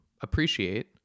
appreciate